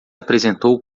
apresentou